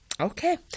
Okay